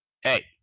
hey